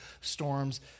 storms